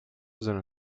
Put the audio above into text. seine